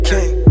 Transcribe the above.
King